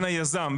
בין היזם,